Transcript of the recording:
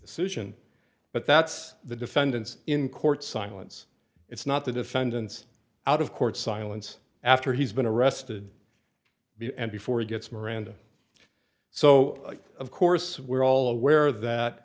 decision but that's the defendants in court silence it's not the defendant's out of court silence after he's been arrested the end before he gets miranda so of course we're all aware that